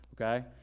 okay